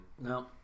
No